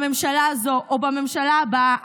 בממשלה הזו או בממשלה הבאה,